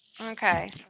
Okay